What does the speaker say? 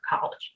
college